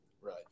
Right